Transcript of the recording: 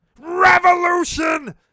Revolution